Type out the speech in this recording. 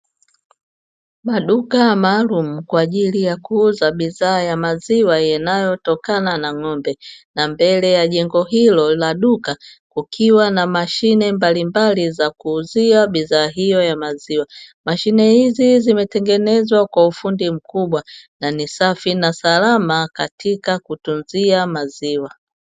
Maduka maalumu kwa ajili ya kuuza bidhaa ya maziwa yanayotokana na ng'ombe, na mbele ya jengo hilo la duka kukiwa na mashine mbalimbali za kuuzia bidhaa hiyo ya maziwa. Mashine hizi zimetengenezwa kwa ufundi mkubwa, na ni safi na salama katika kutunzia maziwa.